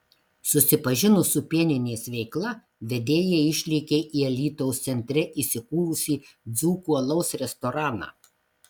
susipažinus su pieninės veikla vedėjai išlėkė į alytaus centre įsikūrusį dzūkų alaus restoraną